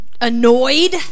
annoyed